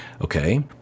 Okay